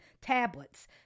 tablets